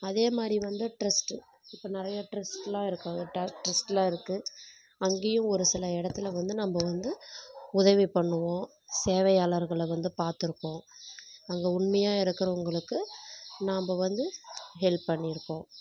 அதே மாதிரி வந்து டிரஸ்ட் இப்போ நிறையா டிரஸ்டெலாம் இருக்காங்க டிரஸ்டெலாம் இருக்குது அங்கேயும் ஒரு சில இடத்துல வந்து நம்ம வந்து உதவி பண்ணுவோம் சேவையாளர்களை வந்து பார்த்துருப்போம் அங்கே உண்மையாக இருக்கிறவங்களுக்கு நம்ம வந்து ஹெல்ப் பண்ணியிருக்கோம்